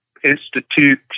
Institute